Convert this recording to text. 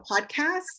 podcast